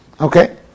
Okay